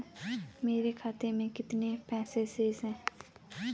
मेरे खाते में कितने पैसे शेष हैं?